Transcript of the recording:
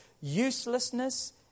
uselessness